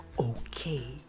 okay